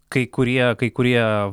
kai kurie kai kurie